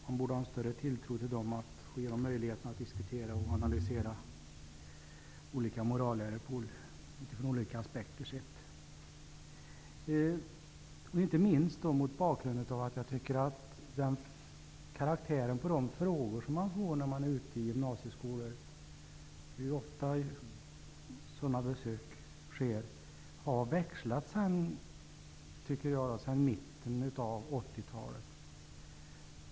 Man borde ha en större tilltro till dem och ge dem möjlighet att diskutera och analysera olika moralläror utifrån olika aspekter. Jag tycker att karaktären på de frågor man får när man är ute i gymnasieskolor -- sådana besök sker ofta -- har ändrats sedan mitten av 80-talet.